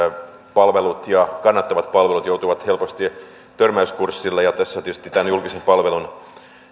palvelut ja kannattavat palvelut joutuvat helposti törmäyskurssille tässä tietysti tämä julkisen palvelun